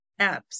Apps